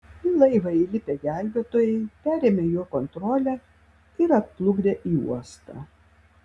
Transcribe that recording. į laivą įlipę gelbėtojai perėmė jo kontrolę ir atplukdė į uostą